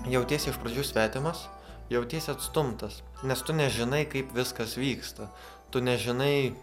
jautiesi iš pradžių svetimas jautiesi atstumtas nes tu nežinai kaip viskas vyksta tu nežinai